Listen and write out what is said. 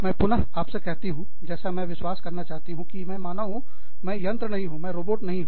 मैं पुन आपसे कहती हूँ जैसा मैं विश्वास करना चाहती हूँ कि मैं मानव हूँ मैं यंत्र नहीं हूँ मैं रोबोट नहीं हूँ